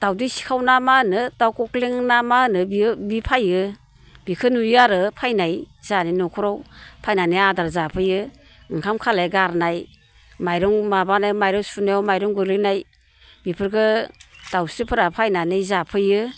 दावदै सिखाव ना मा होनो दाउ खख्लें ना मा होनो बेयो बे फैयो बेखो नुयो आरो फैनाय जोंहानि न'खराव फैनानै आदार जाफैयो ओंखाम खालाय गारनाय माइरं माबानाय माइरं सुनायाव माइरं गोग्लैनाय बेफोरखौ दावस्रिफोरा फैयनानै जाफैयो